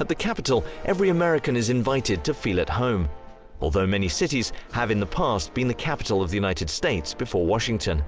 at the capitol, every american is invited to feel at home although many cities have in the past been the capital of the united states before washington